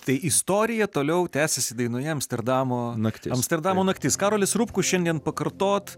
tai istorija toliau tęsiasi dainoje amsterdamo naktis amsterdamo naktis karolis rupkus šiandien pakartot